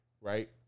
right